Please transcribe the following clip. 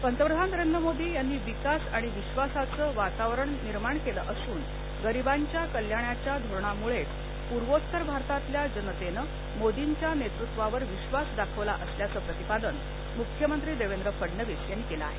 मोदी पंतप्रधान नरेंद्र मोदी यांनी विकास आणि विधासाचं वातावरण निर्माण केलं असून गरिबांच्या कल्याणाच्या धोरणामुळेच पूर्वोत्तर भारतातल्या जनतेनं मोदींच्या नेतृत्वावर विश्वास दाखवला असल्याचं प्रतिपादन मुख्यमंत्री देवेंद्र फडणवीस यांनी केलं आहे